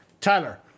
Tyler